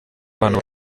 wabantu